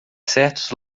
certos